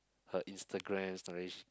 her Instagram stories